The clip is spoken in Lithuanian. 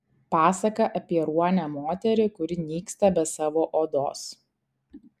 pasaka apie ruonę moterį kuri nyksta be savo odos